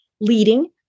leading